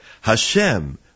Hashem